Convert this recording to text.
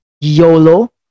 YOLO